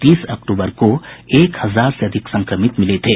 तीस अक्टूबर को एक हजार से अधिक संक्रमित मिले थे